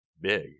big